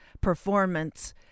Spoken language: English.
performance